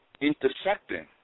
intersecting